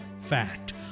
Fact